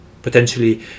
Potentially